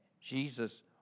Jesus